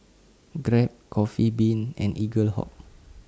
Grab Coffee Bean and Eaglehawk